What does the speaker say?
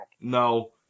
No